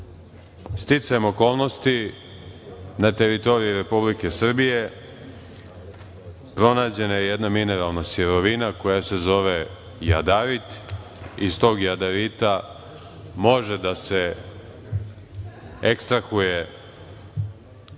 mi. Sticajem okolnosti na teritoriji Republike Srbije pronađena je jedna mineralna sirovina koja se zove jadarit. Iz tog jadarita može da se ekstrahuje